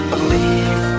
Believe